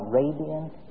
radiant